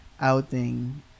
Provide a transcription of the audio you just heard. outing